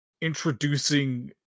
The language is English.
introducing